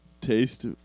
taste